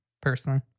personally